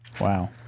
Wow